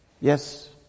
yes